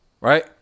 Right